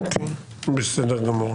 בסדר גמור.